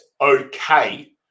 okay